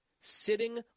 sitting